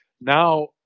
now